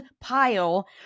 pile